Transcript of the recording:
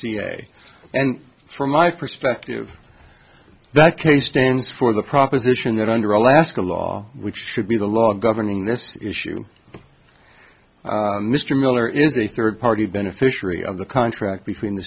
a and from my perspective that case stands for the proposition that under alaska law which should be the law governing this issue mr miller is a third party beneficiary of the contract between the